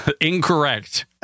Incorrect